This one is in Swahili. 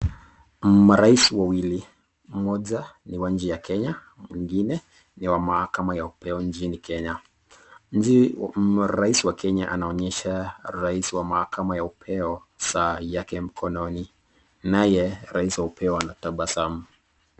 Marais wawili, mmoja ni wa nchi ya Kenya, mwingine ni wa mahakama ya upeo nchini Kenya. Rais wa Kenya anaonyesha rais wa mahakama ya upeo saa yake mkononi naye rais wa upeo anatabasamu.